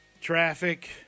traffic